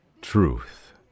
Truth